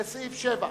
סעיף 7,